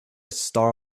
star